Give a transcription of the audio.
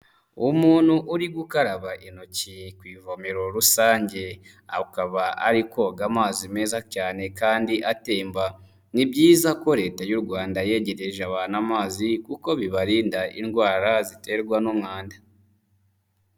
Umuntu uri gukaraba intoki ku ivomero rusange, akaba ari koga amazi meza cyane kandi atemba, ni byiza ko Leta y'u Rwanda yegereje abantu amazi kuko bibarinda indwara ziterwa n'umwanda.